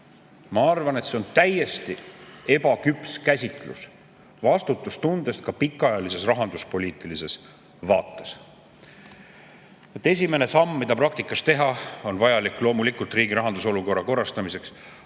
Ma arvan, et see on täiesti ebaküps käsitlus vastutustundest ka pikaajalises rahanduspoliitilises vaates. Esimene samm, mis praktikas tuleks teha, et riigirahanduse olukorda korrastada: